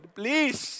please